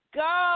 go